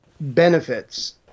benefits